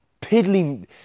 piddling